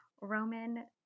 Roman